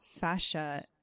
fascia